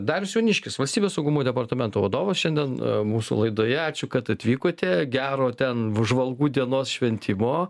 darius jauniškis valstybės saugumo departamento vadovas šiandien mūsų laidoje ačiū kad atvykote gero ten žvalgų dienos šventimo